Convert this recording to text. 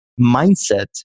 mindset